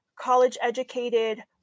college-educated